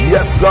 Yes